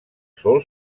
sòl